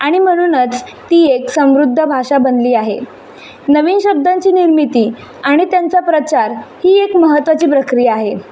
आणि म्हनूनच ती एक समृद्ध भाषा बनली आहे नवीन शब्दांची निर्मिती आणि त्यांचा प्रचार ही एक महत्त्वाची प्रक्रिया आहे